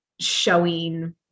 showing